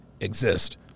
exist